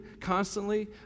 constantly